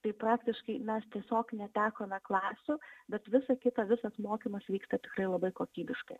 tai praktiškai mes tiesiog netekome klasių bet visa kita visas mokymas vyksta tikrai labai kokybiškai